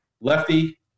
lefty